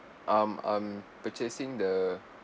I'm um purchasing the